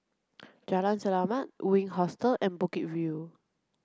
Jalan Selamat Wink Hostel and Bukit View